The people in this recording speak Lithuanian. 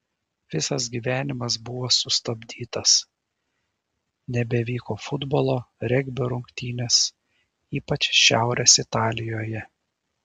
visas gyvenimas buvo sustabdytas nebevyko futbolo regbio rungtynės ypač šiaurės italijoje